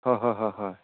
হয় হয় হয় হয়